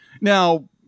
Now